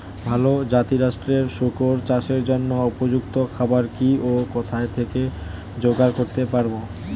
ভালো জাতিরাষ্ট্রের শুকর চাষের জন্য উপযুক্ত খাবার কি ও কোথা থেকে জোগাড় করতে পারব?